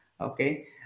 Okay